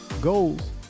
goals